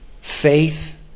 Faith